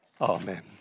Amen